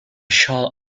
shall